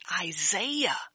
Isaiah